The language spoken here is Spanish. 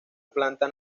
planta